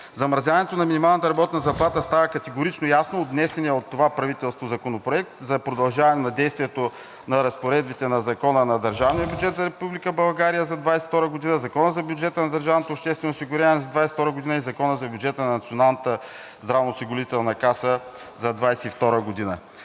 Замразяването на минималната работна заплата става категорично ясно от внесения от това правителство Законопроект за продължаване на действието на разпоредбите на Закона за държавния бюджет на Република България за 2022 г., Закона за бюджета на държавното обществено осигуряване за 2022 г. и Закона за бюджета за Националната здравноосигурителна каса за 2022 г.